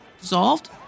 dissolved